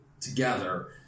together